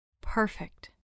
Perfect